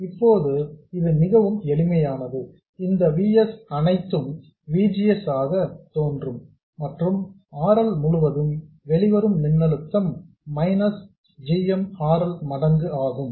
இப்போது இது மிகவும் எளிமையானது இந்த V s அனைத்தும் V G S ஆக தோன்றும் மற்றும் R L முழுவதும் வெளிவரும் மின்னழுத்தம் minus g m R L மடங்கு ஆகும்